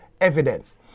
evidence